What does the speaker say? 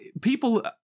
people